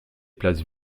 places